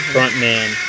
Frontman